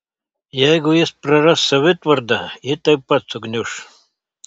jeigu jis praras savitvardą ji taip pat sugniuš